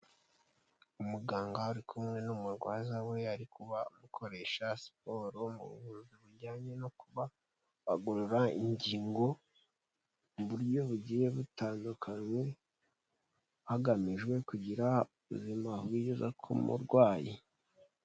Umuganga ari kumwe n'umurwaza we, ari kuba koresha siporo muvuzi bujyanye no kubagorora ingingo mu buryo bugiye butandukanye, hagamijwe kugira ubuzima bwiza ku murwayi.